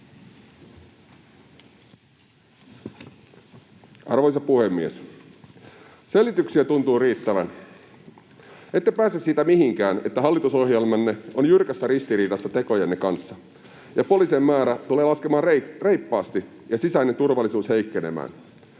Arvoisa puhemies! Selityksiä tuntuu riittävän. Ette pääse siitä mihinkään, että hallitusohjelmanne on jyrkässä ristiriidassa tekojenne kanssa ja poliisien määrä tulee laskemaan reippaasti ja sisäinen turvallisuus heikkenemään,